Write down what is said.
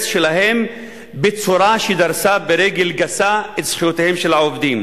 שלהם בצורה שדרסה ברגל גסה את זכויותיהם של העובדים.